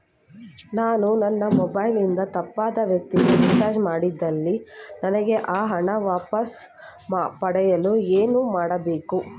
ನಾನು ನನ್ನ ಮೊಬೈಲ್ ಇಂದ ತಪ್ಪಾದ ವ್ಯಕ್ತಿಗೆ ರಿಚಾರ್ಜ್ ಮಾಡಿದಲ್ಲಿ ನನಗೆ ಆ ಹಣ ವಾಪಸ್ ಪಡೆಯಲು ಏನು ಮಾಡಬೇಕು?